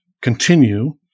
continue